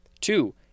Two